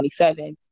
27